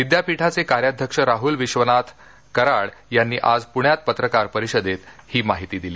विद्यापीठाचे कार्याध्यक्ष राहुल विश्वउनाथ कराड यांनी आज प्ण्यात पत्रकार परिषदेत ही माहिती दिली